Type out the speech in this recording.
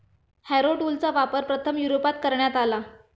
Harrow टूलचा वापर प्रथम युरोपात करण्यात आला